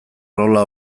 rola